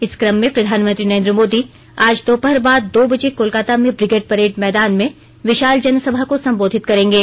इस कम में प्रधानमंत्री नरेन् द्व मोदी आज र्दोपहर बाद दो बजे कोलकाता में ब्रिगेड परेड मैदान में विशाल जनसभा को संबोधित करेंगे